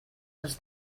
els